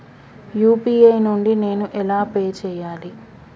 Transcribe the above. UPI నుండి నేను ఎలా పే చెయ్యాలి?